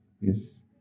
Yes